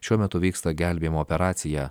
šiuo metu vyksta gelbėjimo operacija